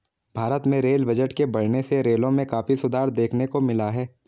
भारत में rail budget के बढ़ने से रेलों में काफी सुधार देखने को मिला है